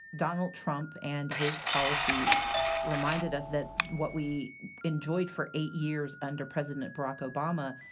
donald trump and his policies reminded us that what we enjoyed for eight years under president barack obama,